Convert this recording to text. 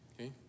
okay